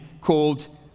called